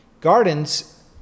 Gardens